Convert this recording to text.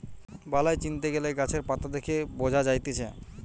বালাই চিনতে গ্যালে গাছের পাতা দেখে বঝা যায়তিছে